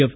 F